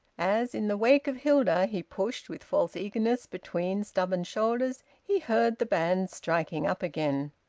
as, in the wake of hilda, he pushed with false eagerness between stubborn shoulders, he heard the bands striking up again.